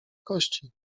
kości